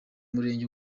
murenge